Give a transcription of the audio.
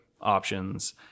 options